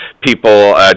People